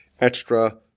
extra